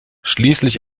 schließlich